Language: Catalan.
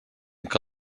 que